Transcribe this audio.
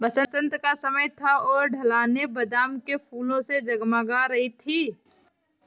बसंत का समय था और ढलानें बादाम के फूलों से जगमगा रही थीं